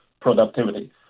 productivity